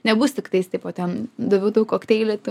nebus tiktais tipo ten daviau tau kokteilį tu